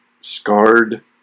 scarred